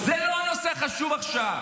זה לא הנושא החשוב עכשיו,